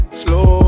slow